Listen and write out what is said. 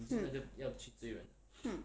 hmm hmm